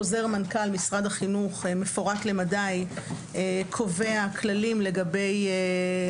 חוזר מנכ"ל משרד החינוך מפורט למדי קובע כללים לגבי